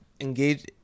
engage